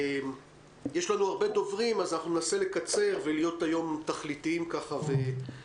יש לנו הרבה דוברים אז אנחנו ננסה לקצר ולהיות תכליתיים וזריזים.